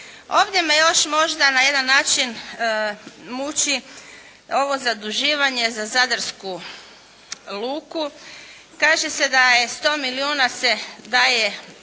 Ovdje me još možda na jedan način muči ovo zaduživanje za zadarsku luku. Kaže se da je, 100 milijuna se daje